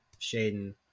Shaden